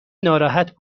ناراحت